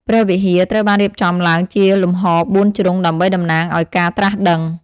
ព្រះវិហារ ត្រូវបានរៀបចំឡើងជាលំហបួនជ្រុងដើម្បីតំណាងឱ្យការត្រាស់ដឹង។